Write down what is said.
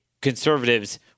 conservatives